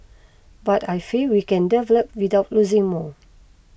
but I feel we can develop without losing more